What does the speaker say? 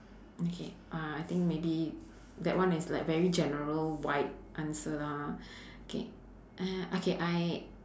okay uh I think maybe that one is like very general wide answer lah okay uh okay I